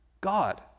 God